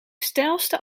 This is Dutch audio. steilste